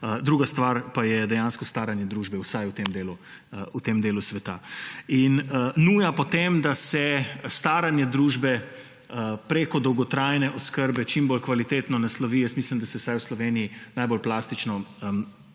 druga stvar pa je dejansko staranje družbe, vsaj v tem delu sveta. In nuja po tem, da se staranje družbe preko dolgotrajne oskrbe čim bolj kvalitetno naslovi, se vsaj v Sloveniji najbolj plastično